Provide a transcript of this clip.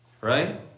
Right